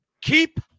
keep